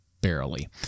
barely